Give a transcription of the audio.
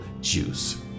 juice